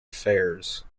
affairs